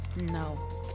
No